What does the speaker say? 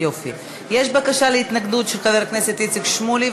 יש בקשה להתנגדות של חבר הכנסת איציק שמולי.